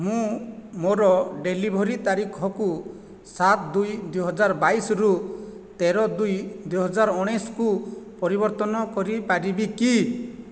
ମୁଁ ମୋର ଡେଲିଭରି ତାରିଖକୁ ସାତ ଦୁଇ ଦୁଇ ହଜାର ବାଇଶରୁ ତେର ଦୁଇ ଦୁଇ ହଜାର ଉଣେଇଶକୁ ପରିବର୍ତ୍ତନ କରିପାରିବି କି